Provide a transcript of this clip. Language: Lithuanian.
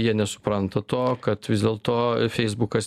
jie nesupranta to kad vis dėlto feisbukas